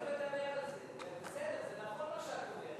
זה נכון מה שאת אומרת,